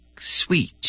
sweet